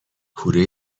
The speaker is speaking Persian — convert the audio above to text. پوره